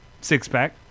Six-pack